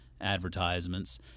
advertisements